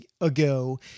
ago